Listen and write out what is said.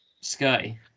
Sky